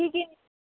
কি কি